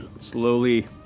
slowly